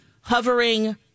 hovering